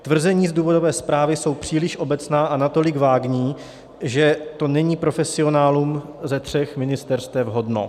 Tvrzení z důvodové zprávy jsou příliš obecná a natolik vágní, že to není profesionálů ze tří ministerstev hodno.